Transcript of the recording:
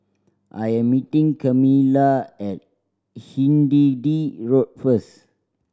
I am meeting Camila at Hindhede Road first